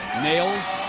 nails